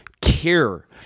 care